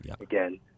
again